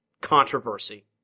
Controversy